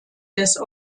des